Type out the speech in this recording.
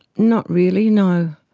not really, no.